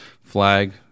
flag